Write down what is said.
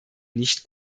nicht